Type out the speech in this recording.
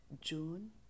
June